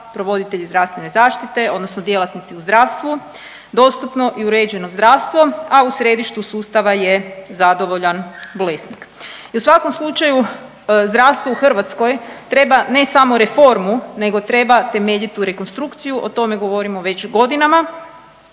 provoditelji zdravstvene zaštite odnosno djelatnici u zdravstvu, dostupno i uređeno zdravstvo, a u središtu sustava je zadovoljan bolesnik. I u svakom slučaju zdravstvo u Hrvatskoj treba ne samo reformu nego treba temeljitu rekonstrukciju. O tome govorimo već godinama.